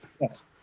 Yes